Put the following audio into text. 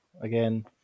Again